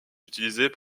utilisés